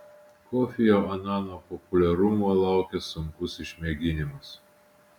kofio anano populiarumo laukia sunkus išmėginimas